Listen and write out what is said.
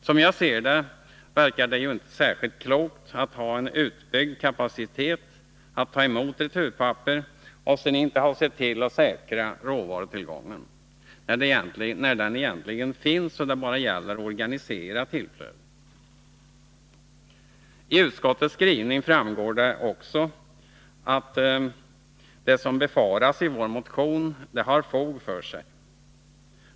Som jag ser det verkar det ju inte särskilt klokt att ha en utbyggd kapacitet att ta emot returpapper och sedan inte ha sett till att säkra råvarutillgången, när den egentligen finns och det bara gäller att organisera tillflödet. I utskottets skrivning framgår det också att det som befaras i vår motion har fog för sig.